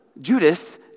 Judas